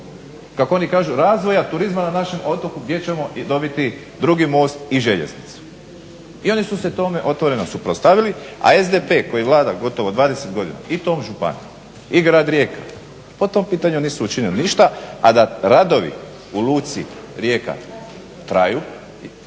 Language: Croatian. kako oni kažu razvoja turizma na našem otoku gdje ćemo i dobiti drugi most i željeznicu. I oni su se tome otvoreno suprotstavili, a SDP koji vlada gotovo 20 godina i tom županijom i grad Rijeka po tom pitanju nisu učinili ništa, a da radovi u luci Rijeka traju,